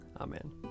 Amen